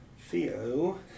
Theo